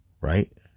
right